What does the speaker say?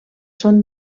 són